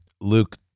Luke